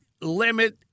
limit